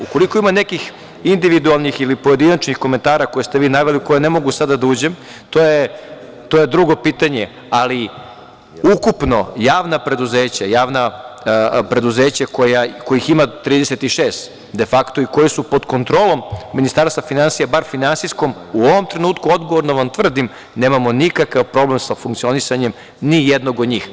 Ukoliko ima nekih individualnih ili pojedinačnih komentara koje ste vi naveli, u koje ne mogu sada da uđem, to je drugo pitanje, ali ukupno javna preduzeća, javna preduzeća kojih ima 36 de fakto i koja su pod kontrolom Ministarstva finansija, bar finansijskom, u ovom trenutku odgovorno vam tvrdim, nemamo nikakav problem sa funkcionisanjem nijednog od njih.